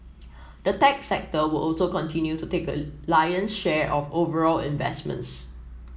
the tech sector will also continue to take a lion share of overall investments